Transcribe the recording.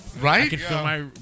Right